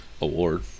award